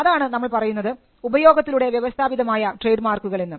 അതാണ് നമ്മൾ പറയുന്നത് ഉപയോഗത്തിലൂടെ വ്യവസ്ഥാപിതമായ ട്രേഡ് മാർക്കുകൾ എന്ന്